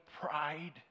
pride